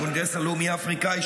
הקונגרס הלאומי האפריקאי,